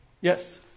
Yes